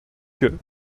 que